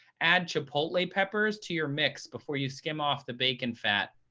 add chipotle peppers to your mix before you skim off the bacon fat,